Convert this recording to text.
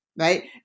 right